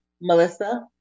Melissa